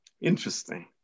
Interesting